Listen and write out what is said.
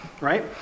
right